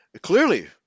Clearly